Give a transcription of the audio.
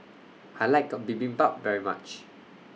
I like A Bibimbap very much